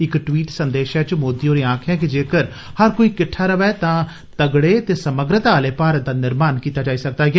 इक ट्वीट संदेसै च श्री मोदी होरें आक्खेआ जेकर हर कोई किट्ठा रवै तां इक तगड़े ते समग्रता आले भारत दा निर्माण कीता जाई सकदा ऐ